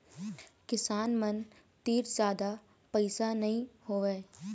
किसान मन तीर जादा पइसा नइ होवय